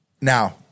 now